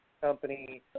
Company